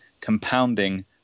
compounding